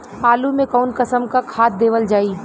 आलू मे कऊन कसमक खाद देवल जाई?